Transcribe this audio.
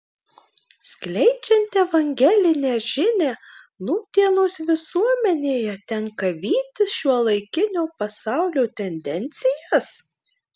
skleidžiant evangelinę žinią nūdienos visuomenėje tenka vytis šiuolaikinio pasaulio tendencijas